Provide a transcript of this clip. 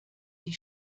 die